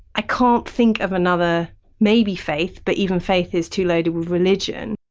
i can't think of another maybe! faith, but even faith is too loaded with religion.